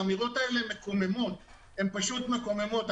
האמירות האלה פשוט מקוממות.